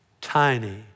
tiny